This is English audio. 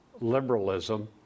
liberalism